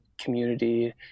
community